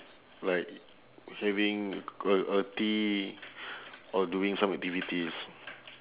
like having uh uh tea or doing some activities